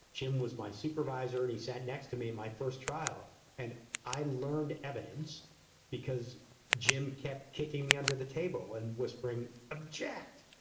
jim was my supervisor and he sat next to me my first trial and i learned evidence because jim kept kicking me under the table and whispering object.